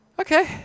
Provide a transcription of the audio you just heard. Okay